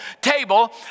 table